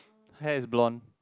hair is blonde